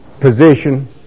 position